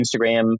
Instagram